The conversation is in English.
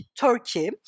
Turkey